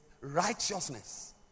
righteousness